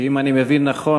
שאם אני מבין נכון,